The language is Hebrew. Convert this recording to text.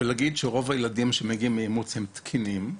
רוב הילדים שמגיעים מאימוץ הם תקינים.